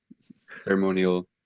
ceremonial